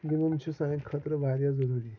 گنٛدُن چھُ سانہِ خٲطرٕ واریاہ ضروٗری